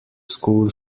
school